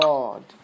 God